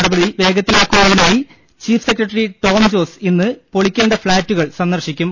നട പടി വേഗത്തിലാക്കുന്നതിനായി ചീഫ് സെക്രട്ടറി ടോം ജോസ് ഇന്ന് പൊളിക്കേണ്ട ഫ്ളാറ്റുകൾ സന്ദർശിക്കും